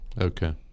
Okay